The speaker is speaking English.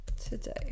today